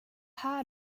här